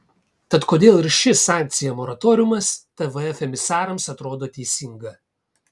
tad kodėl ir ši sankcija moratoriumas tvf emisarams atrodo teisinga